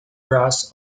bras